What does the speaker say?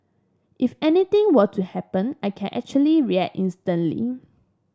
if anything were to happen I can actually react instantly